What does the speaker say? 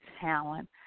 talent